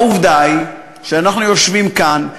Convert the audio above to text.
העובדה היא שאנחנו יושבים כאן,